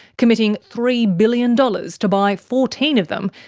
committing three billion dollars to buy fourteen of them,